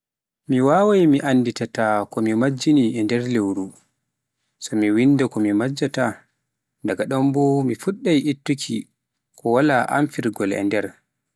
mi mbawaai mi anndita ko mi majjini e nder lewru so mi wannda ko mi majjinta, daga ɗon bo sai fhuɗɗa ittuuki ko waala amfirgol e nder.